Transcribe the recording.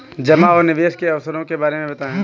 जमा और निवेश के अवसरों के बारे में बताएँ?